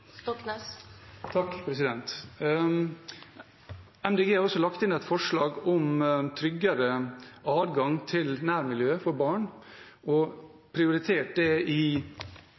har også lagt inn et forslag om tryggere adgang til nærmiljøet for barn og prioritert det i